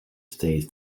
stays